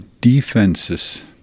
defenses